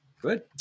good